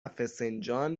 فسنجان